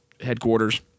headquarters